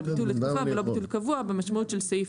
זה ביטול של תקופה ולא ביטול קבוע במשמעות של סעיף